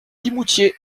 pimoutier